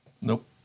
Nope